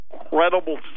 incredible